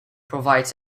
provides